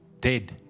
dead